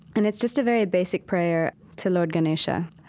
and it's just a very basic prayer to lord ganesha.